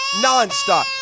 nonstop